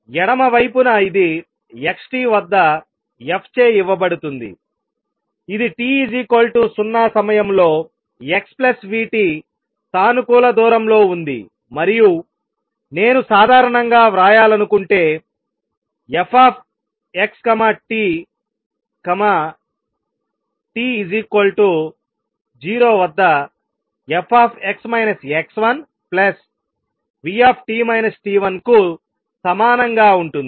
ఎడమ వైపున ఇది x t వద్ద f చే ఇవ్వబడుతుంది ఇది t 0 సమయంలో x v t సానుకూల దూరంలో ఉంది మరియు నేను సాధారణంగా వ్రాయాలనుకుంటే f x t t 0 వద్ద f v కు సమానంగా ఉంటుంది